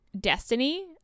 destiny